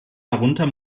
darunter